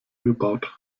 gebaut